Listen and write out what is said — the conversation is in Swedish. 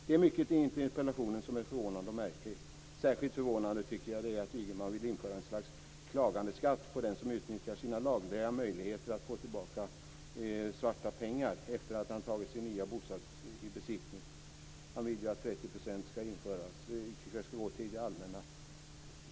Det är mycket i interpellationen som är förvånande och märkligt. Särskilt förvånande är det att Ygeman vill införa något slags klagandeskatt på den som utnyttjar sina lagliga möjligheter att få tillbaka svarta pengar efter att ha tagit den nya bostaden i besittning. Han vill att 30 % skall gå till det allmänna.